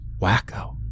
wacko